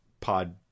pod